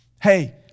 hey